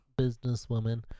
Businesswoman